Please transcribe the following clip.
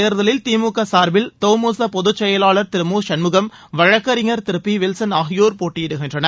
தேர்தலில் திமுக சார்பில் தொமுச பொதுச்செயலாளர் இந்த திரு மு சண்முகம் வழக்கறிஞர் திரு பி வில்சன் ஆகியோர் போட்டியிடுகின்றனர்